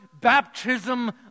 baptism